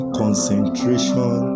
concentration